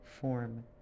form